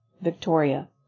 Victoria